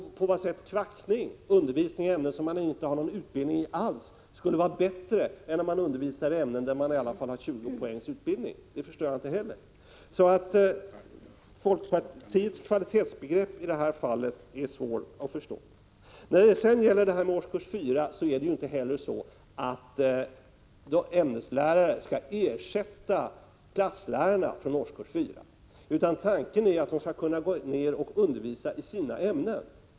På vad sätt kvackning — undervisning i ämnen som man inte har någon utbildning i alls — skulle vara bättre än om man undervisar i ämnen där man i varje fall har 20 poängs utbildning, förstår jag inte heller. Folkpartiets kvalitetsbegrepp är i detta fall svårt att förstå. Det är inte heller så att ämneslärare skall ersätta klasslärare från årskurs 4. Tanken är att de skall kunna gå ned till fjärde klass och undervisa i sina ämnen.